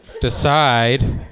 decide